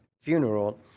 funeral